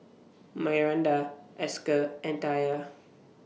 Myranda Esker and Taya